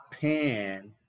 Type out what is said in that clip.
Pan